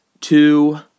two